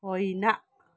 होइन